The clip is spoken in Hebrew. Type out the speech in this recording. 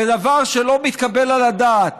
זה דבר שלא מתקבל על הדעת.